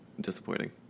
disappointing